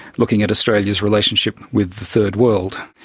looking at australia's relationship with the third world.